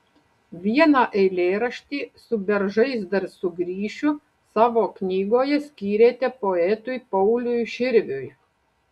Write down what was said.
vieną eilėraštį su beržais dar sugrįšiu savo knygoje skyrėte poetui pauliui širviui